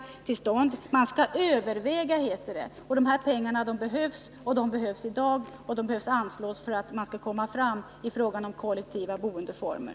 Utskottet talar om ”överväganden”, men pengarna behövs, de behövs i dag för att man skall komma fram till något resultat när det gäller kollektiva boendeformer.